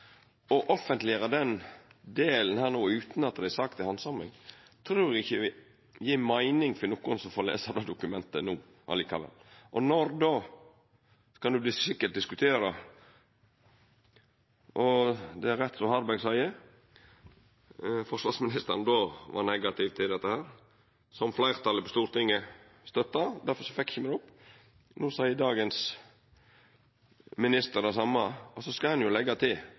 Å offentleggjera den delen her no, utan at det er ei sak til handsaming, trur eg ikkje vil gje meining for nokon som får lesa det dokumentet no. Når då, det kan ein sikkert diskutera. Det er rett som Harberg seier: Forsvarsministeren då var negativ til dette, noko som fleirtalet på Stortinget støtta, og difor fekk me det ikkje opp. No seier dagens minister det same. Så skal ein leggja til